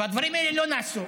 הדברים האלה לא נעשו.